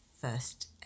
first